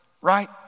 right